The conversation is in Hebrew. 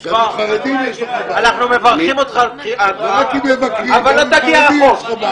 אנחנו מברכים אותך על בחירתך אבל לא תגיע רחוק.